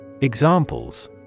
Examples